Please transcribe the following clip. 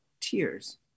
tears